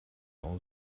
all